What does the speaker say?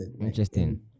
Interesting